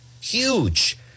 huge